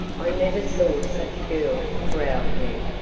i never saw such a girl, growled ned.